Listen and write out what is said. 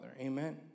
Amen